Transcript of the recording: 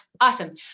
Awesome